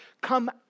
come